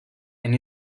and